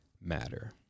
matter